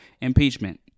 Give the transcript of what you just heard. impeachment